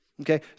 Okay